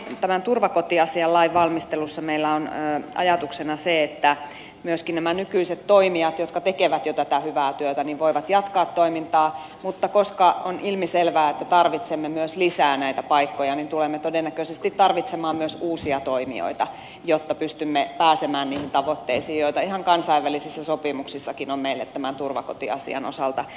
nyt tämän turvakotiasialain valmistelussa meillä on ajatuksena se että myöskin nämä nykyiset toimijat jotka tekevät jo tätä hyvää työtä voivat jatkaa toimintaa mutta koska on ilmiselvää että tarvitsemme myös lisää näitä paikkoja niin tulemme todennäköisesti tarvitsemaan myös uusia toimijoita jotta pystymme pääsemään niihin tavoitteisiin joita ihan kansainvälisissä sopimuksissakin on meille tämän turvakotiasian osalta tehty